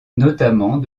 notamment